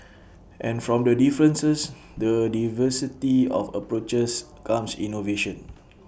and from the differences the diversity of approaches comes innovation